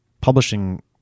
publishing